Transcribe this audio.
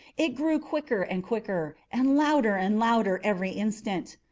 it grew quicker and quicker, and louder and louder every instant.